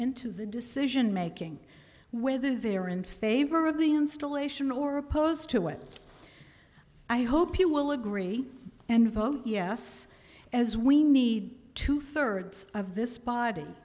into the decision making whether they are in favor of the installation or opposed to it i hope you will agree and vote yes as we need two thirds of this body